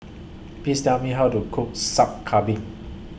Please Tell Me How to Cook Sup Kambing